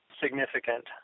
significant